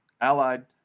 Allied